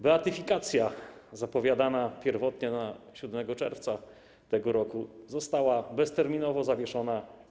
Beatyfikacja zapowiadana pierwotnie na 7 czerwca tego roku została bezterminowo zawieszona.